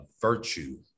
virtue